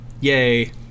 yay